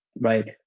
right